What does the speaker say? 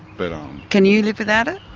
but um can you live without it?